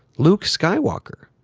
luke skywalker,